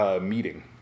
meeting